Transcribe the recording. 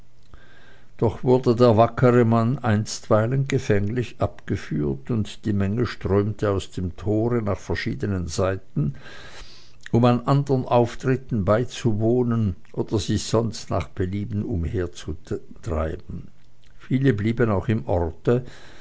doch wurde der wackere mann einstweilen gefänglich abgeführt und die menge strömte aus dem tore nach verschiedenen seiten um anderen auftritten beizuwohnen oder sich sonst nach belieben umherzutreiben viele blieben auch im orte